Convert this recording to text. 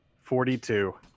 forty-two